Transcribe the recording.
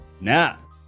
now